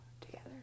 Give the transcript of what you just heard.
together